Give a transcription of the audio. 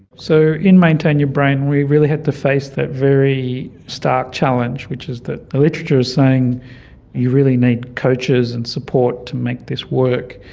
so in maintain your brain we really had to face that very stark challenge, which is that the literature is saying you really need coaches and support to make this work,